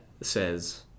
says